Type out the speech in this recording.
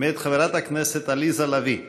מאת חברת הכנסת עליזה לביא.